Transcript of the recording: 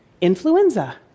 influenza